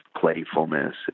playfulness